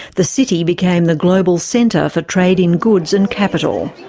the city became the global centre for trade in goods and capital.